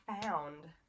found